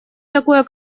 такое